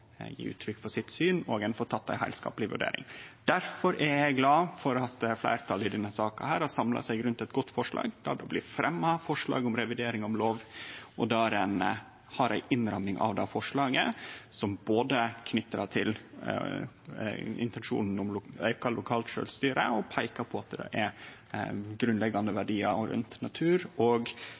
uttrykk for sitt syn, og ein får tatt ei heilskapleg vurdering. Difor er eg glad for at fleirtalet i denne saka har samla seg rundt eit godt forslag, der det blir fremja forslag om revidering av lov, og der ein har ei innramming som både knyter forslaget til intensjonen om lokalt sjølvstyre og peikar på at det er grunnleggjande verdiar rundt natur og